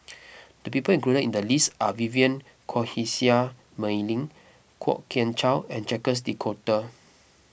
the people included in the list are Vivien Quahe Seah Mei Lin Kwok Kian Chow and Jacques De Coutre